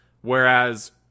Whereas